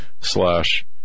slash